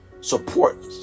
support